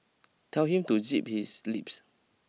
tell him to zip his lips